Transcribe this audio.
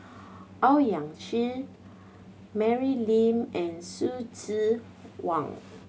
Owyang Chi Mary Lim and Hsu Tse Kwang